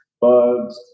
bugs